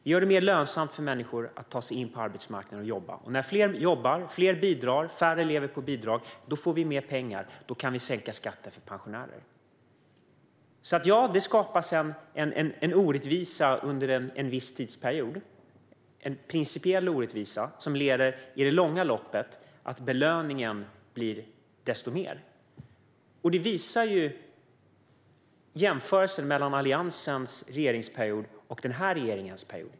Vi gör det mer lönsamt för människor att ta sig in på arbetsmarknaden och jobba, och när fler jobbar och bidrar och färre lever på bidrag får vi mer pengar. Då kan vi sänka skatten för pensionärer. Ja, det skapas en orättvisa under en viss tidsperiod - en principiell orättvisa som i det långa loppet leder till att belöningen blir desto större. Det visar sig i en jämförelse mellan Alliansens regeringsperiod och den här regeringens period.